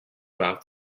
without